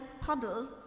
puddle